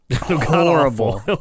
horrible